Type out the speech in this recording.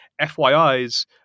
FYIs